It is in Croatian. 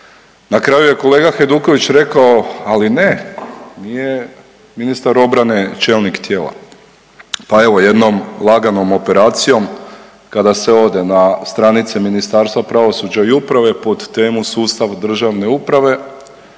Na kraju je kolega Hajduković rekao ali ne, nije ministar obrane čelnik tijela. Pa evo jednom laganom operacijom kada se ode na stranice Ministarstva pravosuđa i uprave pod temu sustav državne uprave